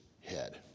head